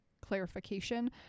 clarification